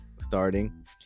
starting